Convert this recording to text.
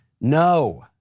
No